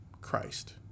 christ